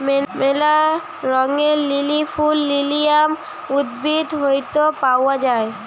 ম্যালা রঙের লিলি ফুল লিলিয়াম উদ্ভিদ হইত পাওয়া যায়